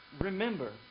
remember